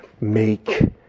make